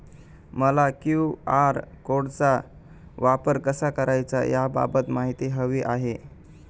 मला क्यू.आर कोडचा वापर कसा करायचा याबाबत माहिती हवी आहे